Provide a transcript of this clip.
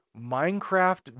minecraft